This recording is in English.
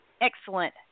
excellent